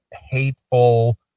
hateful